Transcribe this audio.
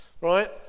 right